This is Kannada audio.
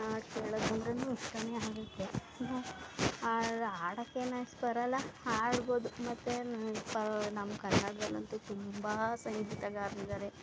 ಹಾಡ್ ಕೇಳೋದು ಅಂದ್ರೂನು ಇಷ್ಟಾನೇ ಆಗುತ್ತೆ ಹಾಡ್ ಹಾಡಕ್ಕೇನೂ ಅಷ್ಟು ಬರೋಲ್ಲ ಹಾಡ್ಬೋದು ಮತ್ತು ನಮ್ಮ ಪರ್ ನಮ್ಮ ಕನ್ನಡದಲ್ಲಂತೂ ತುಂಬ ಸಂಗೀತಗಾರ್ರಿದ್ದಾರೆ